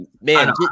man